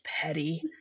petty